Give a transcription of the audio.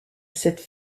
cette